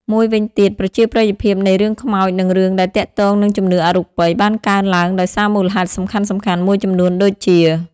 មួយវិញទៀត ប្រជាប្រិយភាពនៃរឿងខ្មោចនិងរឿងដែលទាក់ទងនឹងជំនឿអរូបីបានកើនឡើងដោយសារមូលហេតុសំខាន់ៗមួយចំនួនដូចជា។